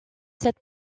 cette